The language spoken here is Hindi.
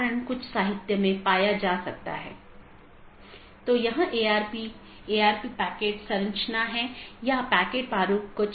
और जैसा कि हम समझते हैं कि नीति हो सकती है क्योंकि ये सभी पाथ वेक्टर हैं इसलिए मैं नीति को परिभाषित कर सकता हूं कि कौन पारगमन कि तरह काम करे